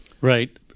Right